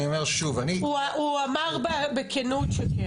אני אומר שוב --- הוא אמר בכנות שכן.